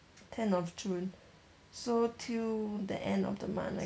ten of june so till the end of the month